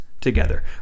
together